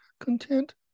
content